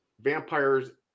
vampires